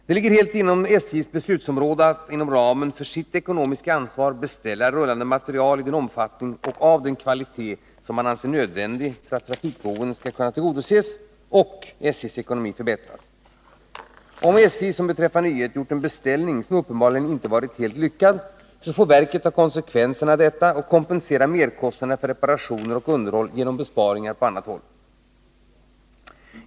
Det ligger helt inom SJ:s beslutsområde att inom ramen för sitt ekonomiska ansvar beställa rullande materiel i den omfattning och av den kvalitet som man anser nödvändig för att trafikbehoven skall kunna tillgodoses och SJ:s ekonomi förbättras. SJ, som beträffande Y1 gjort en beställning som uppenbarligen inte varit helt lyckad, får ta konsekvenserna av detta och kompensera merkostnaderna för reparationer och underhåll genom besparingar på annat håll.